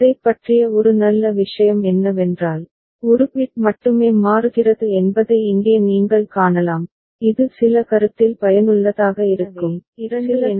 இதைப் பற்றிய ஒரு நல்ல விஷயம் என்னவென்றால் ஒரு பிட் மட்டுமே மாறுகிறது என்பதை இங்கே நீங்கள் காணலாம் இது சில கருத்தில் பயனுள்ளதாக இருக்கும் சில சந்தர்ப்பங்களில் சரி